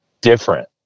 different